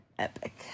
epic